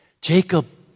Jacob